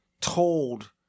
told